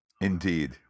Indeed